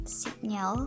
signal